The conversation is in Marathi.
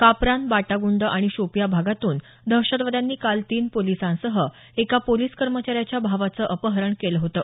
कापरान बाटागूंड आणि शोपिया भागातून दहशतवाद्यांनी काल तीन पोलिसांसह एका पोलिस कर्मचाऱ्याच्या भावाचं अपहरण केलं होतं